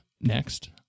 next